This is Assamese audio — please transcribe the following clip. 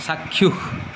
চাক্ষুষ